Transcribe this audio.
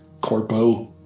corpo